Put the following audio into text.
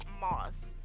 Moss